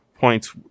points